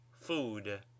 food